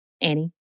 Annie